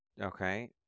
okay